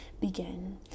begin